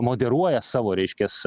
moderuoja savo reiškias